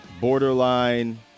borderline